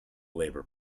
labour